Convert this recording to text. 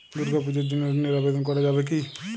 দুর্গাপূজার জন্য ঋণের আবেদন করা যাবে কি?